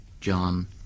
John